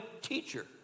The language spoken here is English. teacher